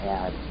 add